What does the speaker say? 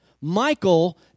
Michael